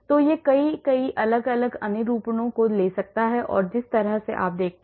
तो यह कई कई अलग अलग अनुरूपणों को ले सकता है जिस तरह से आप देखते हैं